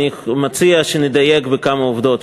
אני מציע שנדייק בכמה עובדות.